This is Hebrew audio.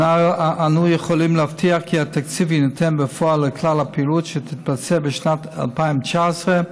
אנו יכולים להבטיח כי התקציב יינתן בפועל לכל הפעילות בשנת 2019,